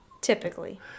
Typically